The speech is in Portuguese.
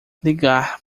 ligar